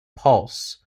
pulse